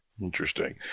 Interesting